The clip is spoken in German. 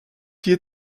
hier